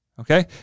okay